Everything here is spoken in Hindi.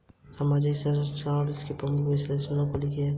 सामाजिक संरक्षण क्या है और इसकी प्रमुख विशेषताओं को लिखिए?